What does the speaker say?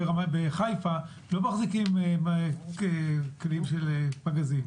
בחיפה כלים של פגזים.